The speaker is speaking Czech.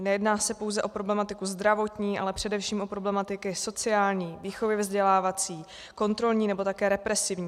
Nejedná se pouze o problematiku zdravotní, ale především o problematiky sociální, výchovně vzdělávací, kontrolní nebo také represivní.